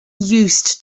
used